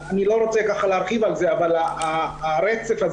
אני לא רוצה להרחיב על זה אבל הרצף של